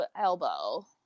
Elbow